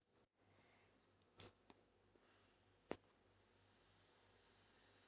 Credit कार्डद्वारे एखादी महागडी वस्तू सुलभ मासिक परतफेडने घेता येते का?